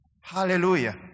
Hallelujah